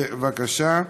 בבקשה.